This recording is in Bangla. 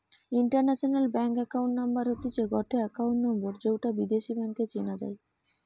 ইন্টারন্যাশনাল ব্যাংক একাউন্ট নাম্বার হতিছে গটে একাউন্ট নম্বর যৌটা বিদেশী ব্যাংকে চেনা যাই